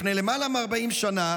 לפני למעלה מ-40 שנה,